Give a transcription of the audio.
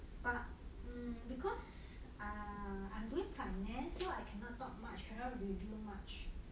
but um because err I'm doing finance so I cannot talk much cannot reveal much